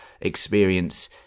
experience